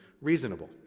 reasonable